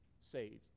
saved